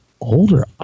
older